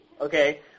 okay